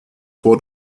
for